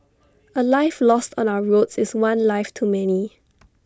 A life lost on our roads is one life too many